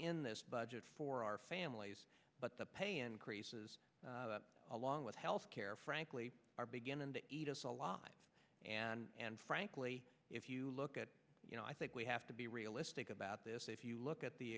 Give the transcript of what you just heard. in this budget for our families but the pay increases along with health care frankly are beginning to eat us a lot and frankly if you look at you know i think we have to be realistic about this if you look at the